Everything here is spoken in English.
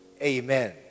Amen